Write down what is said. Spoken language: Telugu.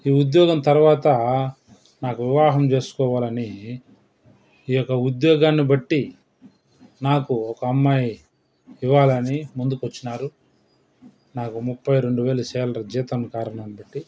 ఈ ఉద్యోగం తర్వాత నాకు వివాహం చేస్కోవాలని ఈ యొక్క ఉద్యోగాన్ని బట్టి నాకు ఒక అమ్మాయి ఇవ్వాలని ముందుకొచ్చినారు నాకు ముప్పై రెండు వేల శాలరీ జీతం కారణంతోటి